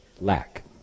Lack